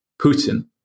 Putin